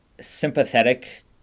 sympathetic